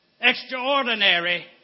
extraordinary